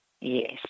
Yes